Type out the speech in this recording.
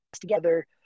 together